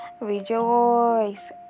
Rejoice